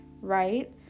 right